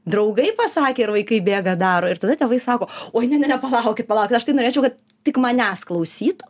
draugai pasakė ir vaikai bėga daro ir tada tėvai sako oi ne ne ne palaukit palaukit aš tai norėčiau kad tik manęs klausytų